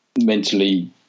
mentally